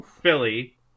Philly